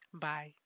Bye